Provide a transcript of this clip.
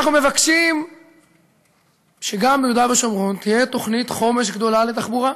אנחנו מבקשים שגם ביהודה ושומרון תהיה תוכנית חומש גדולה לתחבורה.